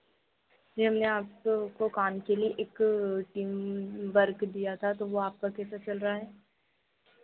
जी हमने आपको जो काम के लिए एक टीम वर्क दिया था तो वो आपका कैसा चल रहा है